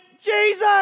Jesus